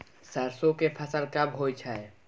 सरसो के फसल कब होय छै?